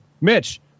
Mitch